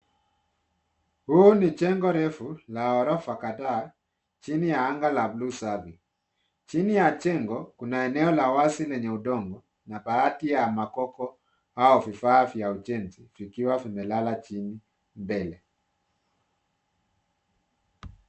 Huu ni jengo refu la ghorofa kadhaa chini ya anga la buluu savi. Chini ya jengo kuna eneo la wazi lenye udongo, na baadhi ya makopo au vifaa vya ujenzi vikiwa vimelala chini bei.